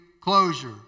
closure